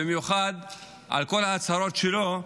במיוחד עם כל ההצהרות שלו.